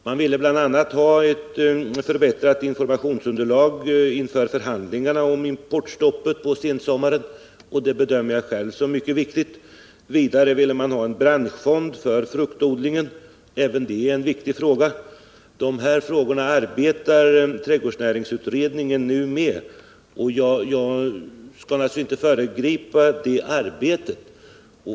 Man ville bl.a. ha ett förbättrat informationsunderlag inför förhandlingarna om importstoppet på sensommaren — och det bedömer jag själv som mycket viktigt. Vidare ville man ha en branschfond för fruktodlingen — även det en viktig sak. Dessa frågor arbetar trädgårdsnäringsutredningen nu med, och jag skall naturligtvis inte föregripa det arbetet.